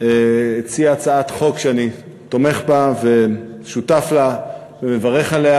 הציע הצעת חוק שאני תומך בה ושותף לה ומברך עליה,